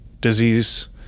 disease